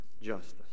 justice